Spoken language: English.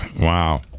wow